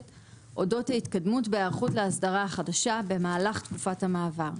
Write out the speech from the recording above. אודות ההתקדמות בהיערכות להסדרה החדשה במהלך תקופת המעבר'.